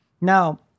Now